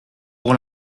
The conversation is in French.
pour